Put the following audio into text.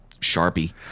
Sharpie